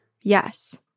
Yes